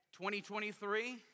2023